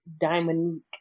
diamond